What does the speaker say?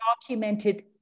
documented